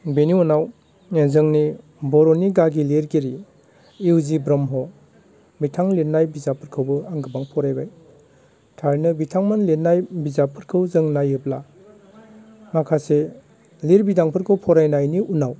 बेनि उनाव बे जोंनि बर'नि गागे लेरगिरि इउ जि ब्रम्ह बिथां लिरनाय बिजाबखौबो आं फरायबाय थारैनो बिथांमोन लिरनाय बिजाबफोरखौ जों नायोब्ला माखासे लिरबिदांफोरखौ फरायनायनि उनाव